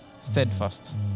steadfast